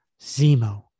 Zemo